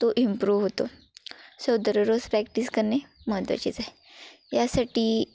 तो इम्प्रूव होतो सो दररोज प्रॅक्टिस करणे महत्त्वाचेच आहे यासाठी